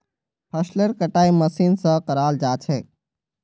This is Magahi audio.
फसलेर कटाई मशीन स कराल जा छेक